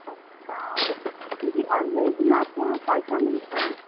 اچھا جی اور ویج میں آپ کے یہاں کیا کیا ملتا ہے